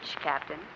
Captain